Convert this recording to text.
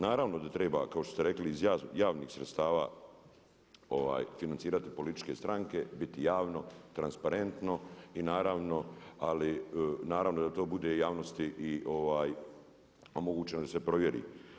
Naravno da treba kao što ste rekli iz javnih sredstava financirati političke stranke biti javno, transparentno i naravno, ali naravno da to bude i javnosti i omogućeno da se provjeri.